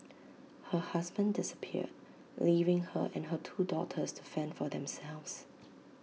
her husband disappeared leaving her and her two daughters to fend for themselves